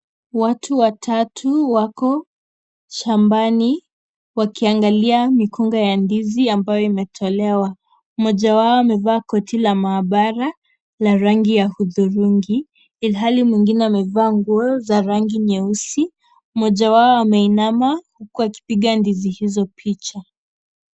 Watu watatu wako shambani wakiangalia mikunga ya ndizi ambayo imetolewa. Mmoja wao amevalia koti la maabara la rangi ya hudhurungi ilhai mwingine amevaa nguo za rangi nyeusi. Mmoja wao ameinama huku akipiga ndizi hizo picha.